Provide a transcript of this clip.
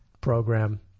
program